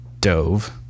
Dove